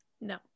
no